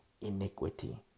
iniquity